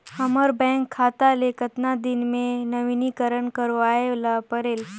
हमर बैंक खाता ले कतना दिन मे नवीनीकरण करवाय ला परेल?